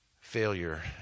failure